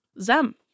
Zem